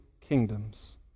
kingdoms